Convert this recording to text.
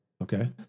okay